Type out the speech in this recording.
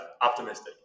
Optimistic